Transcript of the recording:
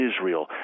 Israel